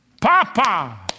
Papa